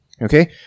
Okay